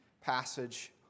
passage